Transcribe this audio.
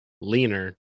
leaner